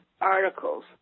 articles